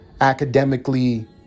academically